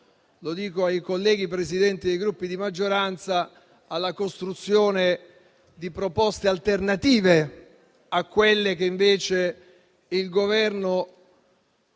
lo dico ai colleghi Presidenti dei Gruppi di maggioranza - alla costruzione di proposte alternative a quelle che invece il Governo